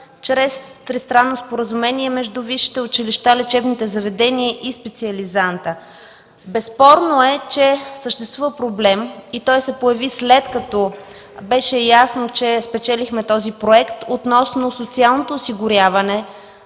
чрез тристранно споразумение между висшите училища, лечебните заведения и специализанта. Безспорно е, че съществува проблем и той се появи след като беше ясно, че спечелихме този проект относно социалното осигуряване